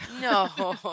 No